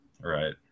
Right